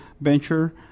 venture